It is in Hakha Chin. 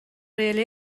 rel